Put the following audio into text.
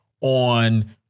on